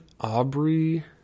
Aubrey